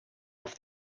off